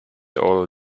all